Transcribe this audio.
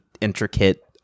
intricate